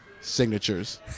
signatures